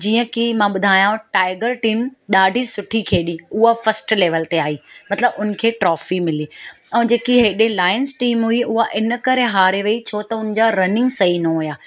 जीअं की मां ॿुधांयांव टाइगर टीम ॾाढी सुठी खेॾी उहा फस्ट लैवल ते आई मतिलबु उनखे ट्रॉफी मिली ऐं जेकी हेॾे लॉयन्स टीम हुई उहा इन करे हारे वई छो त हुनजा रनिंग सही न हुआ